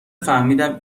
فهمیدم